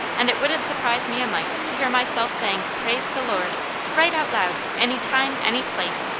and it wouldn't surprise me a mite to hear myself saying praise the lord right out loud, any time, any place.